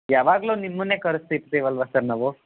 ಯಾವಾಗಲೂ ನಿಮ್ಮನ್ನೇ ಕರೆಸ್ತಿರ್ತೀವಲ್ವಾ ಸರ್ ನಾವು